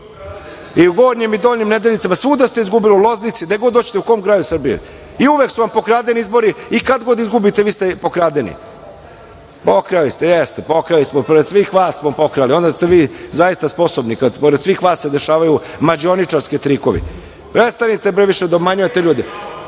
i u Gornjim i Donjim Nedeljicama, svuda ste izgubili, u Loznici, gde god hoćete, u kom gradu Srbije. Uvek su vam pokradeni izbori i kada god izgubite vi ste pokradeni. Jeste, pored svih vas smo pokrali, onda ste vi zaista sposobni kada pored svih vas se dešavaju mađioničarski trikovi. Prestanite više da obmanjujete